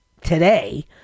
today